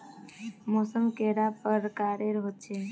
मौसम कैडा प्रकारेर होचे?